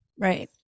Right